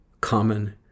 Common